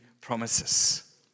promises